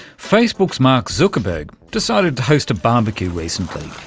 facebook's mark zuckerberg decided to host a barbecue recently.